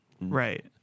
right